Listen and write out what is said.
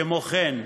כמו כן,